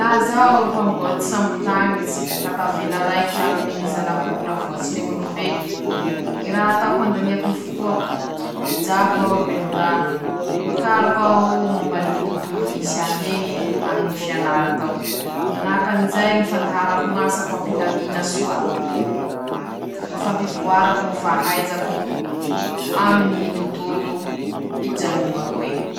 Manahaky anizao moa ñy tohiny ñy rehadrehaky toy :-"Mañaly romodromotsy iha nandroany toy? ao soa va lahy? Ka misalasala lahy laha misy ñy raha manahira anao, fa volaño amiko ;nanao akory iha toy "?